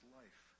life